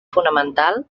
fonamental